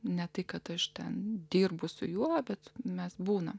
ne tai kad aš ten dirbu su juo bet mes būname